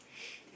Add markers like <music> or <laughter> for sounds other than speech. <noise>